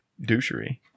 Douchery